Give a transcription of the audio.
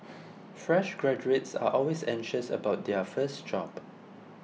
fresh graduates are always anxious about their first job